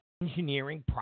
engineering